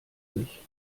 mich